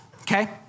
okay